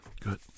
Good